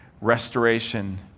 restoration